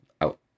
out